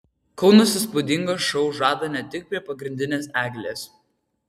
kaunas įspūdingą šou žada ne tik prie pagrindinės eglės